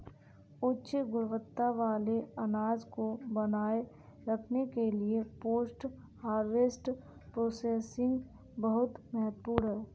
उच्च गुणवत्ता वाले अनाज को बनाए रखने के लिए पोस्ट हार्वेस्ट प्रोसेसिंग बहुत महत्वपूर्ण है